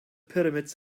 pyramids